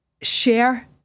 share